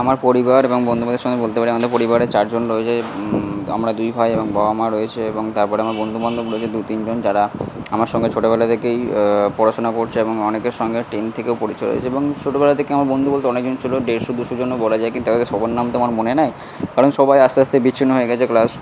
আমার পরিবার এবং বন্ধু বান্ধবের সঙ্গে বলতে পারি আমাদের পরিবারে চারজন রয়েছে আমরা দুই ভাই এবং বাবা মা রয়েছে এবং তারপরে আমার বন্ধু বান্ধব রয়েছে দু তিনজন যারা আমার সঙ্গে ছোটোবেলা থেকেই পড়াশোনা করছে এবং অনেকের সঙ্গে টেন থেকেও পরিচয় হয়েছে এবং ছোটোবেলা থেকে আমার বন্ধু বলতে অনেকজন ছিল দেড়শো দুশো জনও বলা যায় কিন্তু একে একে সবার নাম তো আমার মনে নাই কারণ সবাই আস্তে আস্তে বিচ্ছিন্ন হয়ে গেছে প্লাস